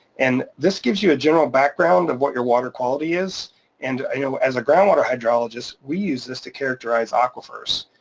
and this gives you a general background of what your water quality is and you know as a groundwater hydrologist we use this to characterize aquifers.